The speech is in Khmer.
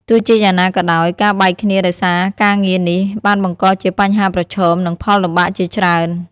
ទោះជាយ៉ាងណាក៏ដោយ ការបែកគ្នាដោយសារការងារនេះ បានបង្កជាបញ្ហាប្រឈម និងផលលំបាកជាច្រើន។